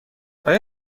آیا